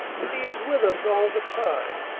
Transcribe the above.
that he is with us all the time.